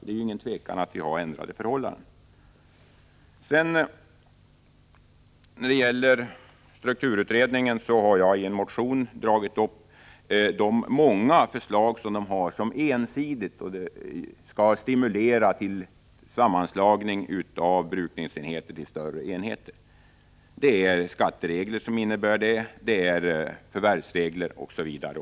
Det råder ingen tvekan om att förhållandena har ändrats. Jag har i en motion dragit upp strukturutredningens många förslag, vilka ensidigt har som syfte att stimulera till sammanslagning av brukningsenheter för att man skall åstadkomma större enheter. Detta är fråga om skatteregler, förvärvsregler osv.